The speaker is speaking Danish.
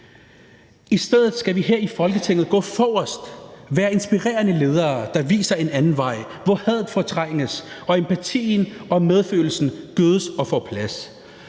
i stedet skal vi her i Folketinget gå forrest og være inspirerende ledere, der viser en anden vej, hvor hadet fortrænges og empatien og medfølelsen gødes og får plads.